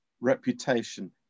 reputation